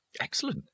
Excellent